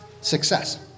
success